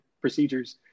procedures